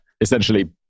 essentially